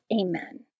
Amen